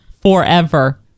forever